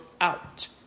out